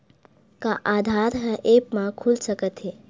का आधार ह ऐप म खुल सकत हे?